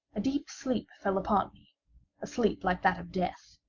deep sleep fell upon me a sleep like that of death.